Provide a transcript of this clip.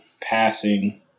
passing